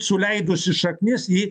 suleidusi šaknis į